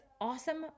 awesome